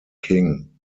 king